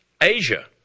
Asia